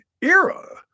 era